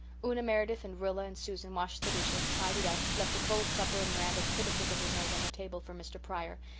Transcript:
una meredith and rilla and susan washed the dishes, tidied tidied up, left a cold supper and miranda's pitiful little note on the table for mr. pryor,